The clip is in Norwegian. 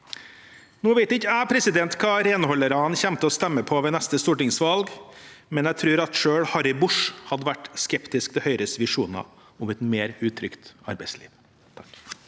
Jeg vet ikke hva renholderne kommer til å stemme ved neste stortingsvalg, men jeg tror at selv Harry Bosch hadde vært skeptisk til Høyres visjoner om et mer utrygt arbeidsliv.